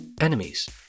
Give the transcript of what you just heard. enemies